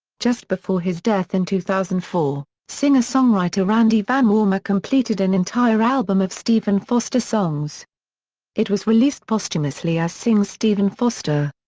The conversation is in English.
just before his death in two thousand and four, singer-songwriter randy vanwarmer completed an entire album of stephen foster songs it was released posthumously as sings stephen foster.